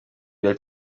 bya